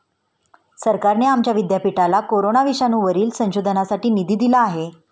सरकारने आमच्या विद्यापीठाला कोरोना विषाणूवरील संशोधनासाठी निधी दिला आहे